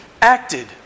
acted